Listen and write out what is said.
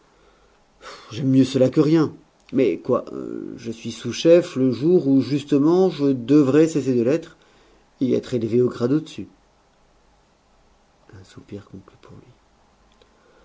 j'aime mieux cela que rien mais quoi je suis sous-chef le jour où justement je devrais cesser de l'être et être élevé au grade au-dessus un soupir conclut pour lui